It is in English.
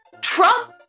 Trump